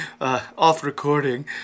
off-recording